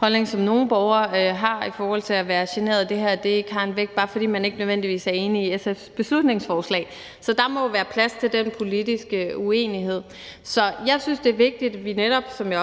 oplevelse, som nogle borgere har af at være generet af det her, ikke har en vægt, bare fordi man ikke nødvendigvis er enig i SF's beslutningsforslag. Der må være plads til den politiske uenighed. Så jeg synes, det er vigtigt, at vi netop, som jeg også har